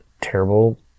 terrible